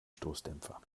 stoßdämpfer